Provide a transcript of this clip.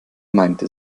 meinte